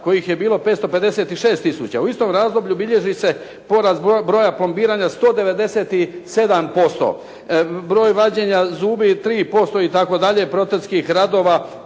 kojih je bilo 556 tisuća, u istom razdoblju bilježi se porast broja plombiranja 197%. Broj vađenja zubi 3%, protetskih radova